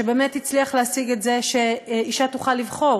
שבאמת הצליח להשיג את זה שאישה תוכל לבחור